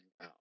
out